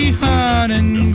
hunting